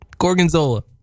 gorgonzola